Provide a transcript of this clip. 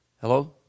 hello